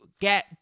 get